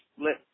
let